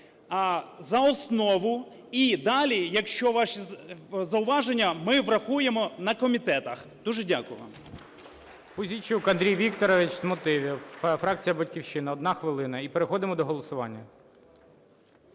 за основу і далі, якщо ваші зауваження, ми врахуємо на комітетах. Дуже дякую